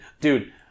Dude